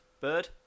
Bird